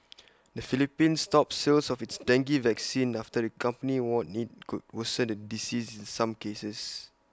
the Philippines stopped sales of its dengue vaccine after the company warned IT could worsen the disease in some cases